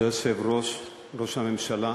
כבוד היושב-ראש, ראש הממשלה,